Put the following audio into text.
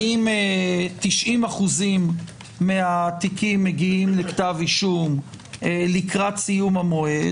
האם 90% מהתיקים מגיעים לכתב אישום לקראת סיום המועד